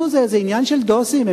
זה עניין של דוסים,